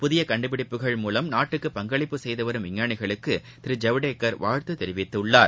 புதிய கண்டுபிடிப்புகள் மூலம் நாட்டுக்கு பங்களிப்பு செய்து வரும் விஞ்ஞாளிகளுக்கு திரு ஜவடேகர் வாழ்த்து தெரிவித்துள்ளார்